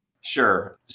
Sure